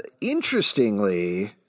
Interestingly